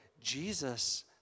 Jesus